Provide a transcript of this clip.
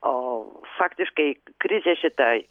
o faktiškai krizė šita